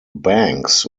banks